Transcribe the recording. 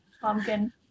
Pumpkin